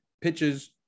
pitches